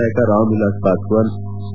ನಾಯಕ ರಾಮ್ ವಿಲಾಸ್ ಪಾಸ್ಟಾನ್ ಟ